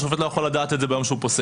השופט לא יכול לדעת את זה ביום שהוא פוסק.